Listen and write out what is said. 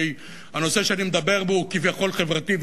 הרי הנושא שאני מדבר בו הוא כביכול חברתי,